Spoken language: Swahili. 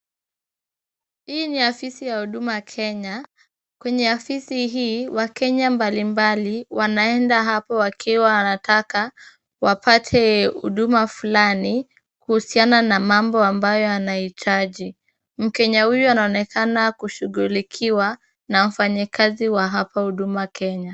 Hii ni afisi ya Huduma Kenya, kwenye afisi hii wakenya mbali mbali wanaenda hapo wakiwa wanataka wapate huduma fulani kuhusiana na mambo ambayo wanahitaji. Mkenya huyu anaonekana kushughulikiwa na mfanyikazi wa hapa Huduma Kenya.